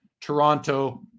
Toronto